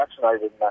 vaccinated